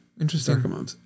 interesting